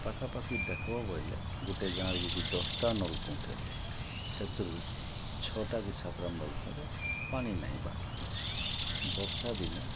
ପାଖାପାଖି ଦେଖ୍ବ ବଏଲେ ଗୁଟେ ଗାଁରେ ଯଦି ଦଶ୍ଟା ନଳକୂଅଁ ଥିବା ସେଥିରୁ ଛଅଟା କି ସାତ୍ଟା ନଲ୍କୂଅରେ ପାଣି ନାଇଁ ବାହାରୁଥିବା ବର୍ଷାଦିନେ